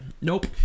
Nope